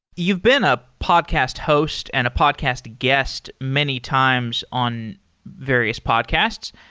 you've been up podcast host and a podcast guest many times on various podcasts.